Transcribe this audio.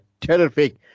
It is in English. terrific